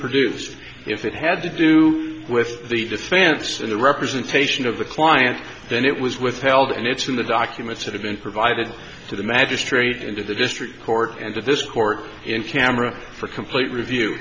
produced if it had to do with the defense in the representation of the client then it was withheld and it's in the documents that have been provided to the magistrate and to the district court and to this court in camera for complete review